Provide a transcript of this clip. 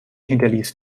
hinterließ